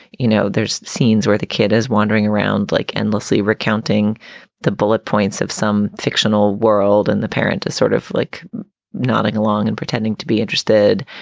you know, there's scenes where the kid is wandering around like endlessly recounting the bullet points of some fictional world, and the parent is sort of like nodding along and pretending to be interested.